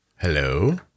Hello